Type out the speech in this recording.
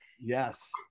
Yes